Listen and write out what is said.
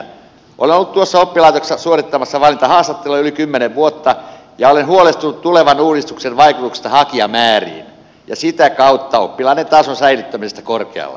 olen ollut tuossa oppilaitoksessa suorittamassa valintahaastatteluja yli kymmenen vuotta ja olen huolestunut tulevan uudistuksen vaikutuksesta hakijamääriin ja sitä kautta oppilaiden tason säilyttämisestä korkealla